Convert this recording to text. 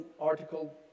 article